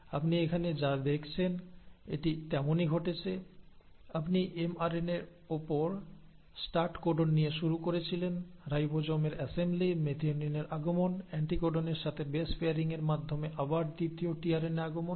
আপনি এখানে যা দেখেছেন এটি তেমনই ঘটেছে আপনি এমআরএনএর ওপর স্টার্ট কোডন নিয়ে শুরু করেছিলেন রাইবোজোম এর অ্যাসেম্বলি মেথিওনিনের আগমন অ্যান্টিকোডনের সাথে বেস পেয়ারিংয়ের মাধ্যমে আবার দ্বিতীয় টিআরএনএ আগমন